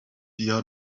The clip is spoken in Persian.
بیا